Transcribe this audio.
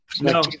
no